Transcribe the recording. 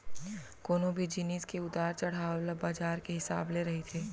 कोनो भी जिनिस के उतार चड़हाव ह बजार के हिसाब ले रहिथे